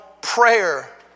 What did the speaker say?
prayer